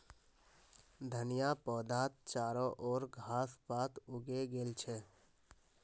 धनिया पौधात चारो ओर घास पात उगे गेल छ